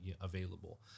available